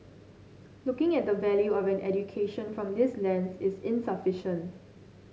looking at the value of an education from this lens is insufficient